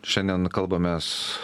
šiandien kalbamės